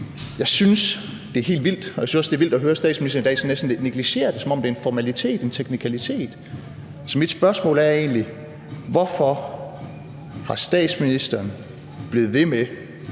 Jeg synes også, det er vildt at høre statsministeren i dag sådan næsten negligere det, som om det er en formalitet, en teknikalitet. Så mit spørgsmål er egentlig: Hvorfor er statsministeren blevet ved med